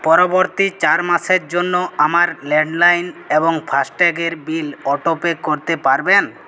পরবর্তী চার মাসের জন্য আমার ল্যান্ডলাইন এবং ফাস্ট্যাগের বিল অটোপে করতে পারবেন